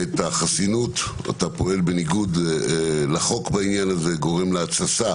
אתה פועל בניגוד לחוק בעניין הזה, גורם להתססה